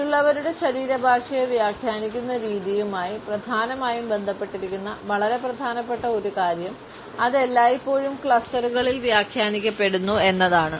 മറ്റുള്ളവരുടെ ശരീരഭാഷയെ വ്യാഖ്യാനിക്കുന്ന രീതിയുമായി പ്രധാനമായും ബന്ധപ്പെട്ടിരിക്കുന്ന വളരെ പ്രധാനപ്പെട്ട ഒരു കാര്യം അത് എല്ലായ്പ്പോഴും ക്ലസ്റ്ററുകളിൽ വ്യാഖ്യാനിക്കപ്പെടുന്നു എന്നതാണ്